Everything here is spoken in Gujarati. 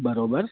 બરાબર